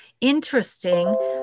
interesting